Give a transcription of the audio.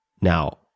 Now